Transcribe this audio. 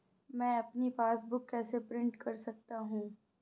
मैं अपनी पासबुक कैसे प्रिंट कर सकता हूँ?